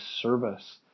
service